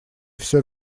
всё